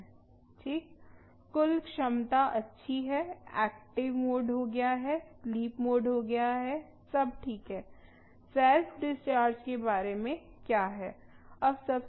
ठीक कुल क्षमता अच्छी है एक्टिव मोड हो गया है स्लीप मोड हो गया है सब ठीक है सेल्फ डिस्चार्ज के बारे में क्या है अब सबसे कठिन हिस्सा है